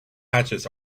patches